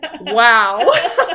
wow